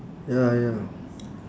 ya ya